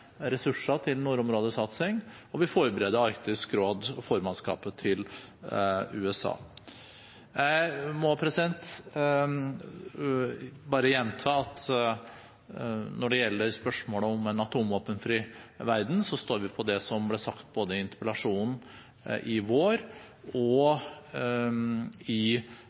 ressurser til nordområdesatsing, og vi forbereder Arktisk råd og formannskapet til USA. Jeg må bare gjenta at når det gjelder spørsmålet om en atomvåpenfri verden, står vi på det som ble sagt både i interpellasjonen i vår og i